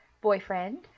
boyfriend